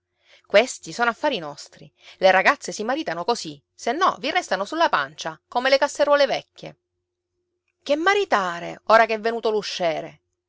questi sono affari nostri le ragazze si maritano così se no vi restano sulla pancia come le casseruole vecchie che maritare ora che è venuto